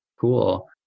Cool